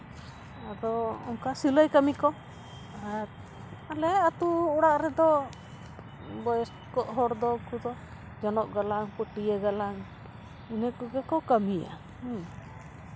ᱟᱫᱚ ᱚᱱᱠᱟ ᱥᱤᱞᱟᱹᱭ ᱠᱟᱹᱢᱤ ᱠᱚ ᱟᱨ ᱟᱞᱮ ᱟᱹᱛᱩ ᱚᱲᱟᱜ ᱨᱮᱫᱚ ᱵᱚᱭᱚᱥᱠᱚ ᱦᱚᱲᱫᱚ ᱩᱱᱠᱩ ᱫᱚ ᱡᱚᱱᱚᱜ ᱜᱟᱞᱟᱝ ᱯᱟᱹᱴᱭᱟᱹ ᱜᱟᱞᱟᱝ ᱤᱱᱟᱹ ᱠᱚᱜᱮ ᱠᱚ ᱠᱟᱹᱢᱤᱭᱟ ᱦᱮᱸ